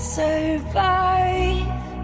survive